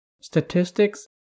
Statistics